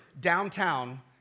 downtown